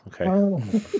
Okay